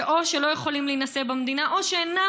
או שלא יכולים להינשא במדינה או שאינם